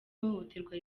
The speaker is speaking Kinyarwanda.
ihohoterwa